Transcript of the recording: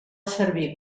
servir